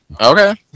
Okay